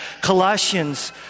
Colossians